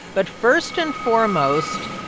but first and foremost,